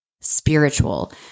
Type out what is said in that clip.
spiritual